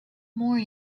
more